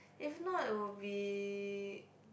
if not it would be